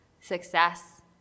success